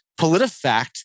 PolitiFact